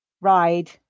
Ride